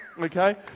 Okay